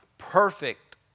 Perfect